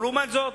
ולעומת זאת,